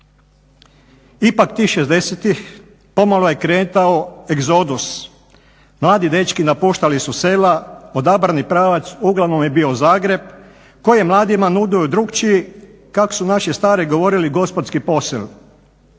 Ipak tih '60.-tih pomalo je kretao egzodus, mladi dečki napuštali su sela, odabrani pravac uglavnom je bio Zagreb koji je mladima nudio drukčiji kak su naši stari govorili gospodski posel.